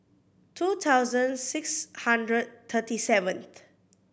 two thousand six hundred thirty seventh